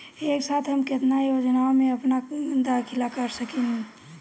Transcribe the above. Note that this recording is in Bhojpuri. एक साथ हम केतना योजनाओ में अपना दाखिला कर सकेनी?